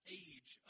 age